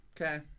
Okay